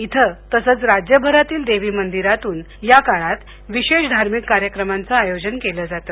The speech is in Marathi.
इथं तसंच राज्यभरातील देवी मंदिरातून या काळात विशेष धार्मिक कार्यक्रमाच आयोजन केलं जातं